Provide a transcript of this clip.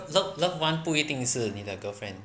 lo~ loved ones 不一定是你的 girlfriend